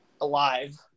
alive